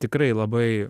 tikrai labai